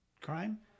crime